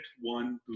one